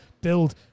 build